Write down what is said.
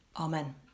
Amen